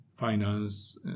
finance